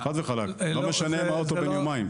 חד וחלק, גם אם האוטו הוא בן יומיים.